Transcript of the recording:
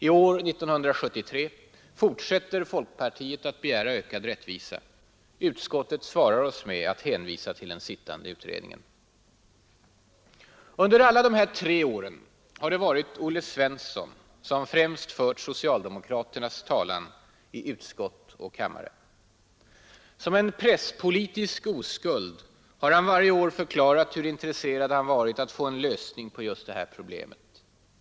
I år, 1973, fortsätter folkpartiet att begära ökad rättvisa. Utskottet svarar oss med att hänvisa till den sittande utredningen. Under alla dessa tre år har det varit Olle Svensson i Eskilstuna som främst fört socialdemokraternas talan i utskott och i kammare. Som en presspolitisk oskuld har han varje år förklarat hur intresserad han varit av att få en lösning på just det här problemet.